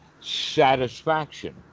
satisfaction